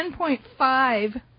10.5